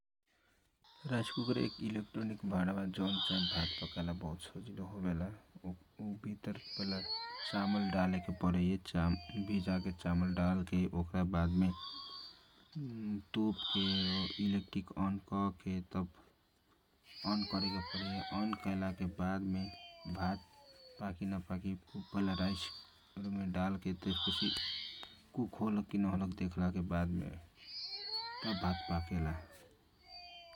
Rice cooker एक electronic भाडाबा जौन चाही भात पकाएला बहुत सजिलो होवेला उभितर चावाल डालेके पराइए ओकरा बाद डकन छे तोपके राइसकुकर के स्विच अन करे जाला अनकाएला के बाद मे अपने आप पाक जबेला ओकरा खातिर खाली आदमी पाकल की न खाली ख क क देखल जाला ।